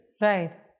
Right